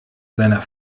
seiner